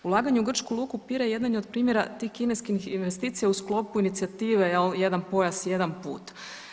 Ulaganja u grčku luku Pirej jedan je od primjera tih kineskih investicija u sklopu inicijative jel jedan pojas jedan put.